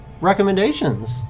recommendations